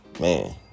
Man